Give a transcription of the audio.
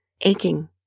aching